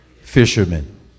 Fishermen